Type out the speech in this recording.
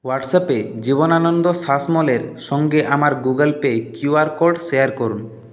হোয়াটসঅ্যাপে জীবনানন্দ শাসমলের সঙ্গে আমার Google Pay QR code share করুন